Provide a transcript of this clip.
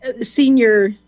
senior